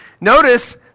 Notice